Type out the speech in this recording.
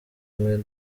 w’ubumwe